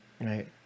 Right